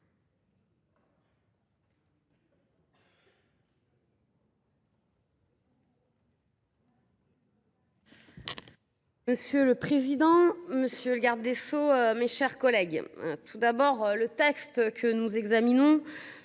Monsieur le président, monsieur le garde des sceaux, mes chers collègues, le texte que nous examinons